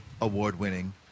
award-winning